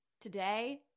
today